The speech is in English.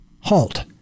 halt